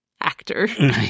actor